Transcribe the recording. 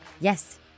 Yes